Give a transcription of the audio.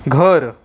घर